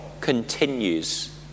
continues